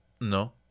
no